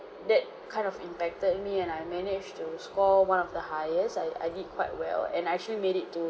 that kind of impacted me and I managed to score one of the highest I I did quite well and I actually made it to